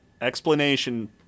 explanation